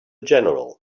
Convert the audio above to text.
general